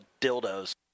dildos